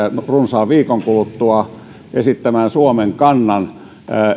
runsaan viikon kuluttua esittämään suomen kannan